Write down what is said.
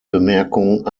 bemerkung